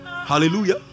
hallelujah